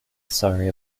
sorry